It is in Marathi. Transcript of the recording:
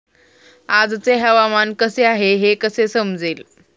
आजचे हवामान कसे आहे हे कसे समजेल?